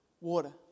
water